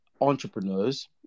entrepreneurs